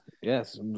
Yes